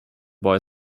boy